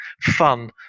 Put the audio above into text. fun